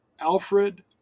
Alfred